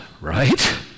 right